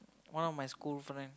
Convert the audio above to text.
one of my school friend